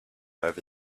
over